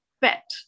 Pet